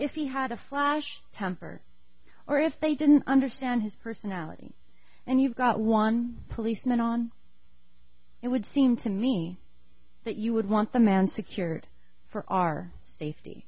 if he had a flash temper or if they didn't understand his personality and you've got one policeman on it would seem to me that you would want the man secured for our safety